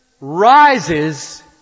rises